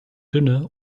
dünne